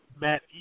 Matt